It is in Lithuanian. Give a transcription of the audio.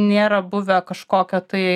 nėra buvę kažkokio tai